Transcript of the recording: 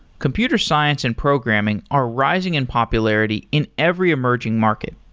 computer science and programming are rising in popularity in every emerging market.